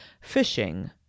fishing